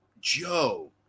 Joe